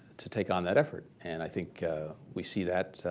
to take on that effort. and i think we see that